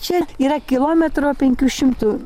čia yra kilometro penkių šimtų